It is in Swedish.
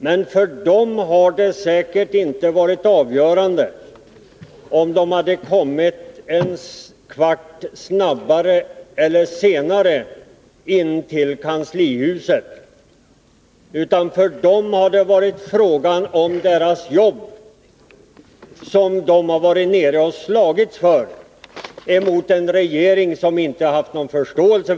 Men för dem hade det säkert inte varit avgörande om de hade kommit in en kvart senare till kanslihuset. För dem har det varit fråga om deras jobb, som de har slagits för mot en regering som inte har visat någon förståelse.